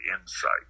insight